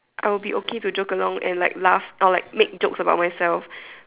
I would be okay to joke along and like laugh I would like make joke about myself